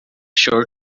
sure